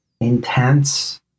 intense